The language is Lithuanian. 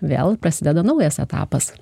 vėl prasideda naujas etapas